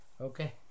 Okay